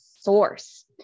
source